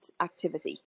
activity